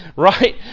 right